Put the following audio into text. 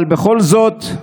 אבל בכל זאת,